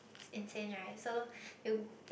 insane right so you